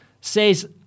says